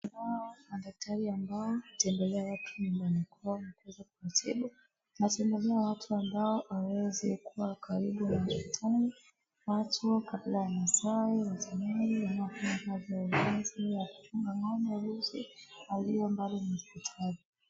Kuna wale madaktari ambao hutembelea watu nyumbani kwao na kuweza kuwatibu. Sanasana watu ambao hawawezi wakawa karibu na hospitali. Watu kama vile Wamasai, Waspmali na watu wengine ambao wana fuga ng'ombe na mbuzi walio mbali na hospitali.